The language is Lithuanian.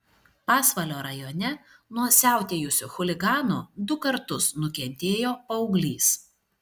pasvalio rajone nuo siautėjusių chuliganų du kartus nukentėjo paauglys